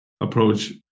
approach